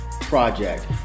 project